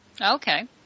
Okay